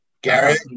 Garrett